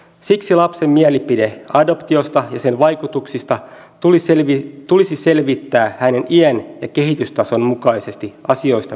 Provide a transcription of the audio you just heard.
siksi lapsen mielipide adoptiosta ja sen vaikutuksista tulisi selvittää hänen ikänsä ja kehitystasonsa mukaisesti asioista päätettäessä